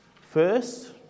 First